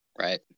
Right